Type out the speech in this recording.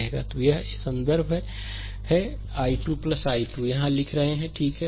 slide समय देखें 2942 तो यह है संदर्भ समय 2942 i 2 i 2 यहाँ लिख रहे हैं ठीक है